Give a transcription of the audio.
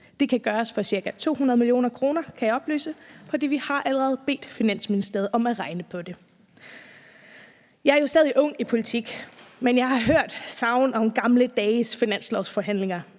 Det kan gøres for ca. 200 mio. kr., kan jeg oplyse, for vi har allerede bedt Finansministeriet om at regne på det. Jeg er jo stadig væk ung i politik, men jeg har hørt sagn om gamle dages finanslovsforhandlinger;